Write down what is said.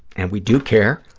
and we do care,